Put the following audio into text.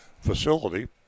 facility